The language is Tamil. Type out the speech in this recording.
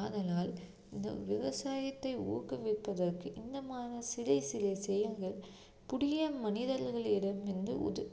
ஆதலால் இந்த விவசாயத்தை ஊக்குவிப்பதற்கு இந்தமான சிறிய சிறிய செயல்கள் புதிய மனிதர்கள் இடம் இருந்து உது